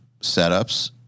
setups